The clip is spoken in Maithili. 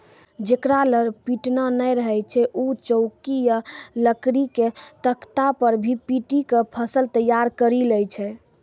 जेकरा लॅ पिटना नाय रहै छै वैं चौकी या लकड़ी के तख्ता पर भी पीटी क फसल तैयार करी लै छै